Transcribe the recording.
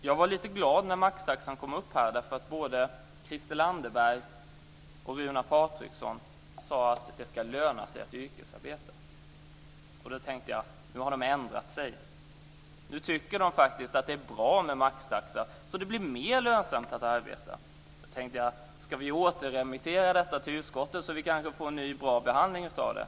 Jag blev lite glad när maxtaxan kom upp, eftersom både Christel Anderberg och Runar Patriksson sade att det ska löna sig att yrkesarbeta. Då tänkte jag: Nu har de ändrat sig. Nu tycker de faktiskt att det är bra med maxtaxa så att det blir mer lönsamt att arbeta. Sedan tänkte jag: Ska vi återremittera detta till utskottet så att vi kanske får en ny bra behandling av det?